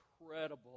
incredible